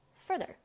further